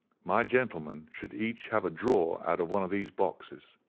my gentlemen should each have a draw out of one of these boxes,